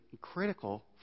critical